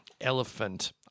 elephant